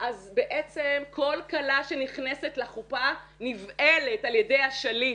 אז בעצם כל כלה שנכנסת לחופה נבעלת על ידי השליט.